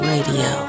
Radio